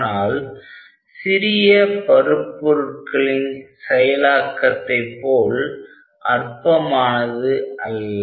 ஆனால் சிறிய பருப்பொருட்களின் செயலாக்கத்தை போல் அற்பமானது அல்ல